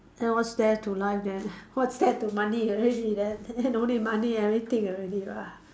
then what's there to life then what's there to money already then then don't need money everything already lah